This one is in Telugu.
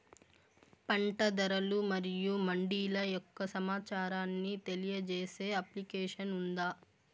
పంట ధరలు మరియు మండీల యొక్క సమాచారాన్ని తెలియజేసే అప్లికేషన్ ఉందా?